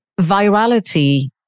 virality